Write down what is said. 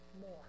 more